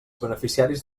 beneficiaris